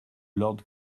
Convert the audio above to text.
lord